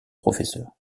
professeur